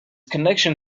connection